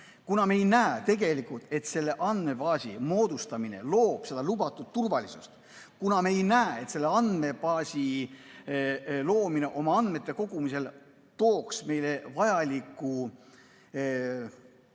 kuna me ei näe tegelikult, et selle andmebaasi moodustamine looks lubatud turvalisust, kuna me ei näe, et selle andmebaasi loomine andmete kogumisel tooks meile vajaliku